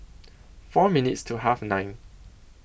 four minutes to Half nine